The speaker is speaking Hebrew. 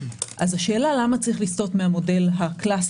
אז השאלה למה צריך לסטות מן המודל הקלאסי